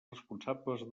responsables